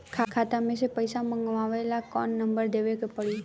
खाता मे से पईसा मँगवावे ला कौन नंबर देवे के पड़ी?